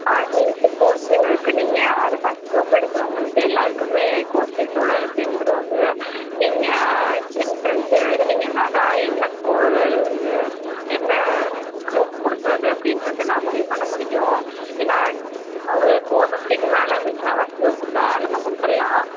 ஆ NEET கோர்ஸும் இங்கே இருக்குது நீங்கள் அது ஃபஸ்ட் க்ரூப் எடுத்தவங்களுக்கு எல்லோருக்குமே கோர்ஸ் ஃபீஸோடு சேந்துடும் அது நீங்கள் எண்ட்ரன்ஸ் எழுதினீங்கன்னாதான் என்ன என்ன க்ரூப் கொடுக்குறது அப்படின்றத நான் முடிவு பண்ண முடியும் ஏன்னா ஒரு ஃபோர் ஃபிஃப்டிக்கு மேலே இருந்துச்சுன்னா ஃபஸ்ட் க்ரூப்புக்கு தாராளமாக கொடுத்துட்லாம்